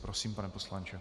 Prosím, pane poslanče.